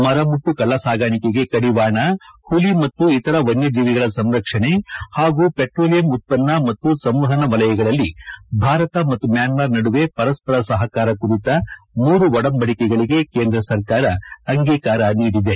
ಮರಮುಟ್ಟು ಕಳ್ಳಿ ಸಾಗಾಣಿಕೆಗೆ ಕಡಿವಾಣ ಹುಲಿ ಮತ್ತು ಇತರ ವನ್ನಜೀವಿಗಳ ಸಂರಕ್ಷಣೆ ಹಾಗೂ ಶೆಟ್ರೋಲಿಯಂ ಉತ್ತನ್ನ ಮತ್ತು ಸಂವಹನ ವಲಯಗಳಲ್ಲಿ ಭಾರತ ಮತ್ತು ಮ್ಲಾನಾರ್ ನಡುವೆ ಪರಸ್ಪರ ಸಹಕಾರ ಕುರಿತ ಮೂರು ಒಡಂಬಡಿಕೆಗಳಿಗೆ ಕೇಂದ್ರ ಸರ್ಕಾರ ಅಂಗೀಕಾರ ನೀಡಿದೆ